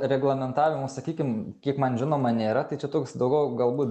reglamentavimo sakykim kiek man žinoma nėra tai čia toks daugiau galbūt